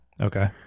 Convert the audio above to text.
Okay